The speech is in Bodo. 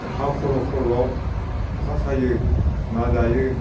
हा खर' खर'आव खखा सायो ना जायो